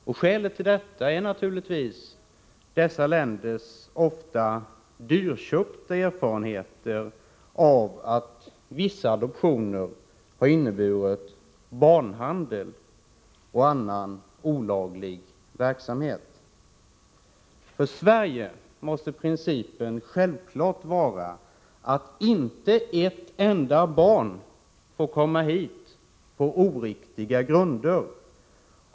Skälet är naturligtvis dessa länders ofta dyrköpta erfarenheter av att vissa adoptioner inneburit barnhandel och annan olaglig verksamhet. För Sverige måste principen självklart vara att inte ett enda barn får komma hit på oriktiga grunder.